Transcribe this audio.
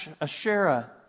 Asherah